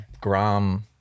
Grom